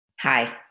Hi